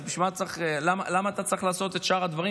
אז למה אתה צריך לעשות את שאר הדברים?